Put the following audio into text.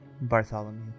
Bartholomew